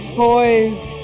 boys